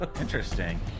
Interesting